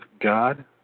God